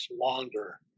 longer